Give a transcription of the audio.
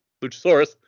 Luchasaurus